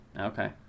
Okay